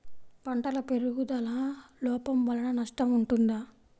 పంటల పెరుగుదల లోపం వలన నష్టము ఉంటుందా?